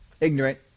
ignorant